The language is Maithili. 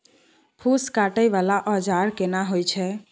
फूस काटय वाला औजार केना होय छै?